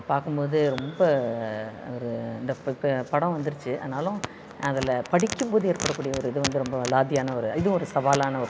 பார்க்கும் போது ரொம்ப ஒரு இந்த புக்கு படம் வந்துருச்சு ஆனாலும் அதில் படிக்கும் போது ஏற்படக்கூடிய ஒரு இது வந்து ரொம்ப அலாதியான ஒரு இதுவும் ஒரு சவாலான ஒரு புத்தகம் தான்